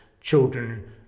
children